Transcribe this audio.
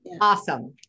Awesome